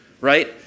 right